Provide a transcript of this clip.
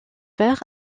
vers